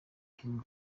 kim